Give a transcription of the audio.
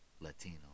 Latino